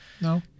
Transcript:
No